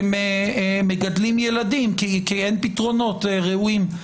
שמגדלים ילדים כי אין פתרונות דיור ראויים.